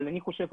אבל אני חושב,